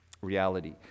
reality